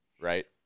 Right